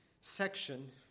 section